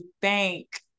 thank